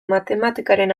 matematikaren